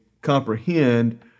comprehend